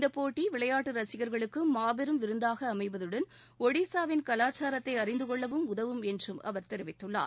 இந்தப் போட்டி விளையாட்டு ரசிகர்களுக்கு மாபெரும் விருந்தாக அமைவதுடன் ஒடிசாவின் கலாச்சாரத்தை அறிந்து கொள்ளவும் உதவும் என்று அவர் தெரிவித்துள்ளார்